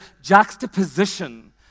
juxtaposition